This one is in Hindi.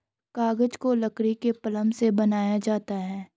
कागज को लकड़ी के पल्प से बनाया जाता है